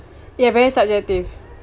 ya very subjective